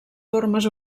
formes